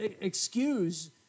excuse